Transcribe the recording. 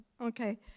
Okay